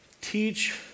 Teach